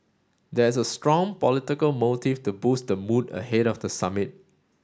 there is a strong political motive to boost the mood ahead of the summit